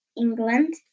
England